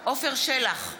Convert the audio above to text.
עפר שלח,